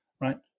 right